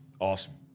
awesome